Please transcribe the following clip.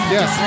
Yes